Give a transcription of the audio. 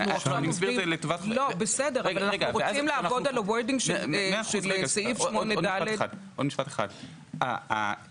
אנחנו רוצים לעבוד על ה-wording של סעיף 8ד. ביסוס